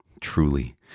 Truly